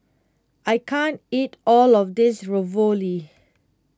I can't eat all of this Ravioli